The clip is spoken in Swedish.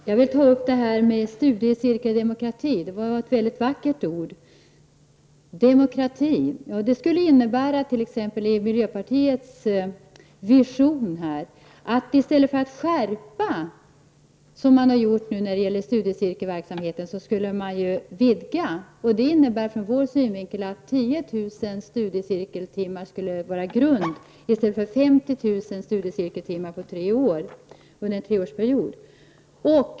Herr talman! Jag vill ta upp studiecirkeldemokratin — det är ett mycket vackert ord. Det skulle i miljöpartiets vision innebära att studiecirkelverksamheten vidgas i stället för att minskas. Grunden skulle vara 10 000 studiecirkeltimmar i stället för 50 000 timmar under en treårsperiod.